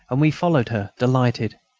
and we followed her, delighted.